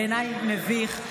בעיניי זה מביך.